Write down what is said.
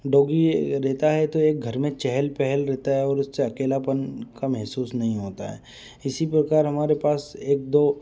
doggy रहता है तो एक घर में चहल पहल रहता है और उससे अकेलापन का महसूस नहीं होता है इसी प्रकार हमारे पास एक दो